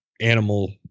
animal